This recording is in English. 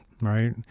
right